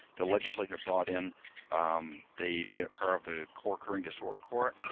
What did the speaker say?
the legislature brought in they made it part of the co-occurring disorder court,